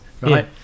right